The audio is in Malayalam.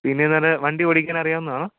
പിന്നേന്ന് പറഞ്ഞാൽ വണ്ടി ഓടിക്കാൻ അറിയാവുന്നതാണോ